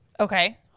Okay